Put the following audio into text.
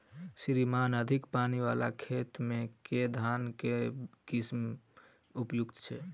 श्रीमान अधिक पानि वला खेत मे केँ धान केँ किसिम उपयुक्त छैय?